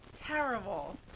terrible